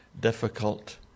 difficult